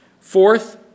Fourth